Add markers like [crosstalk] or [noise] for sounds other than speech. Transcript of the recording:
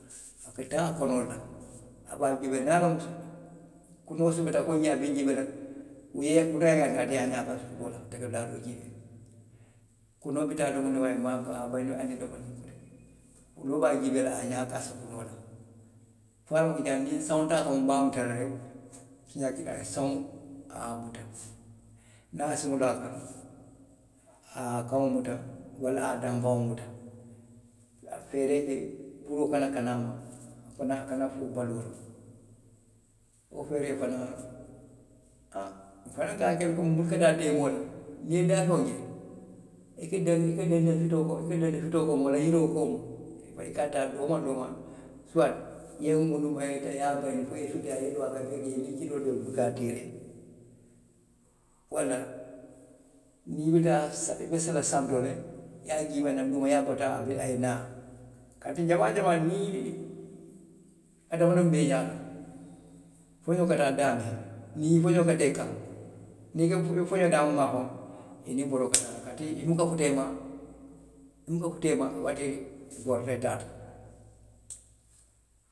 A ka taa kono le. a be a juubee la [unintelligible] <> a be je la kunoo sobita puru ňiŋ a be njiibee la, puru [unintelligible] ate ka dulaa doo le jiibee. Kunoo bi taa domowdiŋ, a ye maamaŋ a ye a bayindi [unintelligible] kunoo be a jiibee la, a ye a ňaa kaasi kunoo la. fo a ye a loŋ niŋ nsawuta a kaŋ, nbe a mutata la reki, siiňaa kiliŋ a ye sawuŋ, a ye a muta. niŋ a ye a siŋo laa kaŋ. a ye a kaŋo muta. walla a ye a danpaŋo muta a ka feeree ke puru wo kana kana a ma. a fanaŋ ka lafi wo baluo le la. Wo feeree fanaŋ, a, nfanaŋ ka a ke le ko. Nbuka taa deemoo la, niŋ i ye daafeŋo je. i ka deŋ, i ka dende le fitoo koto, ika dende fitoo koomaa, walla yiroo koomaa, i ka taa doomaw doomaŋ. suwati, i ye ŋunuma, i ye a bayindi fo i ye sutuyaa, i ye loo. i yeloo kuŋ, niŋ kidoo be i bulu i ye a tiiree, walla niŋ i wulita, [unintelligible] i ye a te juubee naw duuma. [unintelligible] a ye naa. kaatu jamaa jamaa niŋ i ate fanaŋ be i ňaa. foňoo ka taa daamiŋ, niŋ foňoo ka taa i kaŋ, niŋ ka, foxoo ka taa daamiŋ maafaŋo, i niŋ boroo ka taa [unintelligible] i buka futa i ma. i buka futa i ma, wante i borita i taata.